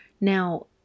Now